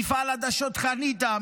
מפעל עדשות בחניתה,